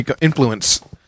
influence